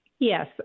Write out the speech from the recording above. Yes